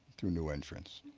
through new entrance.